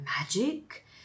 magic